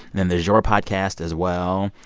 then there's your podcast as well.